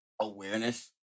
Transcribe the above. Awareness